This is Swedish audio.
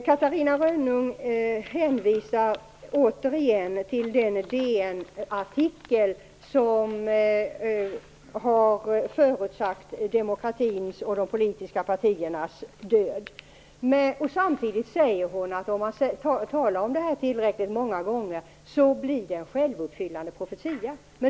Catarina Rönnung hänvisar igen till den DN-artikel där man har förutsatt demokratins och de politiska partiernas död. Samtidigt säger hon att om man talar om det tillräckligt många gånger, så blir det en självuppfyllande profetia.